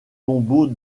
tombeaux